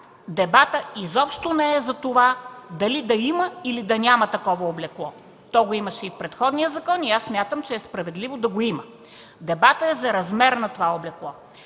дебатът изобщо не е затова дали да има, или да няма такова облекло – имаше го и в предходния закон и аз смятам, че е справедливо да го има. Дебатът е за размера на това облекло.